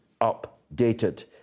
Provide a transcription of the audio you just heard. updated